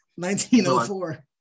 1904